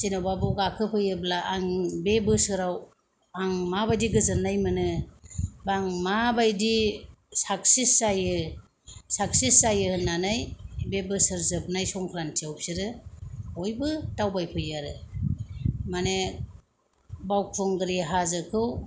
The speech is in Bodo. जेन'बा बेव गाखो फैयोब्ला आं बे बोसोराव आं माबायदि गोजोननाय मोनो बा आं माबायदि साक्सेस जायो साक्सेस जायो होननानै बे बोसोर जोबनाय संख्रान्थिआव बिसोरो बयबो दावबायफैयो आरो माने बावखुंग्रि हाजोखौ